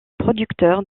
producteurs